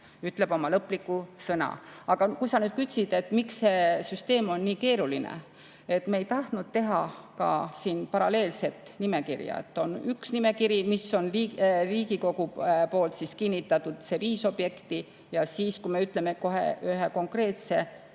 ütleb oma lõpliku sõna. Sa küsisid, et miks see süsteem on nii keeruline. Me ei tahtnud teha paralleelset nimekirja, et on üks nimekiri, mis on Riigikogu kinnitatud, see viis objekti, ja siis, kui me ütleme ühe konkreetse